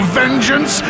vengeance